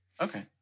Okay